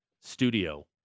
studio